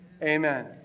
Amen